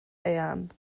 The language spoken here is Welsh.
haearn